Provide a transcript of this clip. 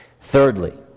thirdly